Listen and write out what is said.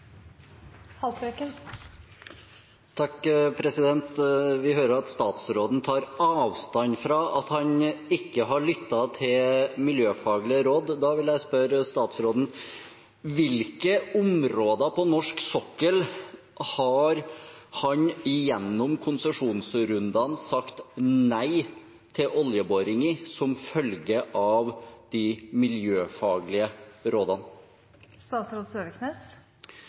Vi hører at statsråden tar avstand fra at han ikke har lyttet til miljøfaglige råd. Da vil jeg spørre statsråden: Hvilke områder på norsk sokkel har han gjennom konsesjonsrundene sagt nei til oljeboring i som følge av de miljøfaglige